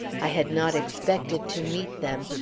i had not expected to meet them,